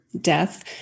death